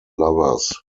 lovers